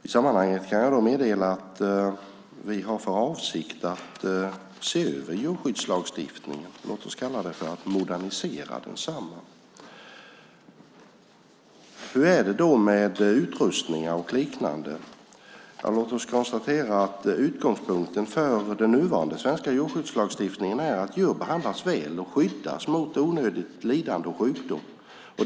I sammanhanget kan jag meddela att vi har för avsikt att se över djurskyddslagstiftningen. Låt oss kalla det för att modernisera den. Hur är det med utrustning och liknande? Låt oss konstatera att utgångspunkten för den nuvarande svenska jordbrukslagstiftningen är att djur behandlas väl och skyddas mot onödigt lidande och sjukdom.